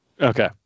Okay